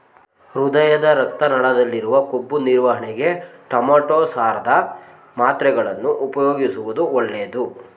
ಹೃದಯದ ರಕ್ತ ನಾಳದಲ್ಲಿರುವ ಕೊಬ್ಬು ನಿವಾರಣೆಗೆ ಟೊಮೆಟೋ ಸಾರದ ಮಾತ್ರೆಗಳನ್ನು ಉಪಯೋಗಿಸುವುದು ಒಳ್ಳೆದು